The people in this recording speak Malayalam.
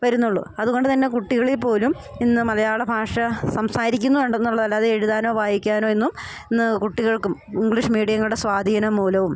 വരുന്നുള്ളൂ അത്കൊണ്ട് തന്നെ കുട്ടികളിൽ പോലും ഇന്ന് മലയാള ഭാഷ സംസാരിക്കുന്നുണ്ട് എന്നുള്ളത് അല്ലാതെ എഴുതാനോ വായിക്കാനോ എന്നും ഇന്ന് കുട്ടികൾക്കും ഇംഗ്ലീഷ് മീഡിയങ്ങളുടെ സ്വാധീനം മൂലവും